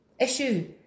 issue